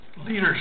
Leadership